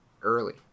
early